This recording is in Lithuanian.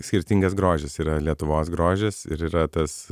skirtingas grožis yra lietuvos grožis ir yra tas